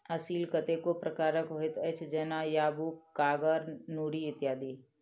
असील कतेको प्रकारक होइत अछि, जेना याकूब, कागर, नूरी इत्यादि